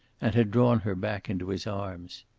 and had drawn her back into his arms.